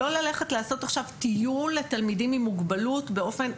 לא ללכת לעשות עכשיו טיול לתלמידים עם מוגבלות באופן,